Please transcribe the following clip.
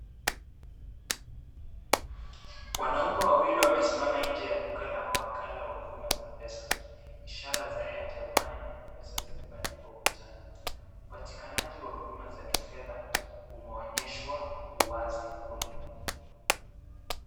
Wanaume wawili wamesimama nje ya duka la mawakala huduma za pesa. Ishara za Airtel Money na M-Pesa zimebandikwa ukutani. Upatikanaji wa huduma za kifedha umeonyeshwa uwazi kule.